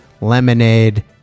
lemonade